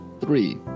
Three